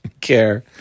care